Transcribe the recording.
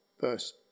verse